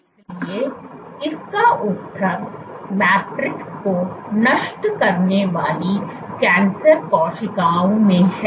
इसलिए इसका उत्तर मैट्रिक्स को नष्ट करने वाली कैंसर कोशिकाओं में है